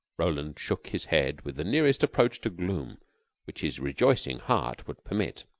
roland shook his head with the nearest approach to gloom which his rejoicing heart would permit.